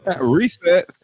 Reset